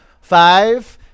Five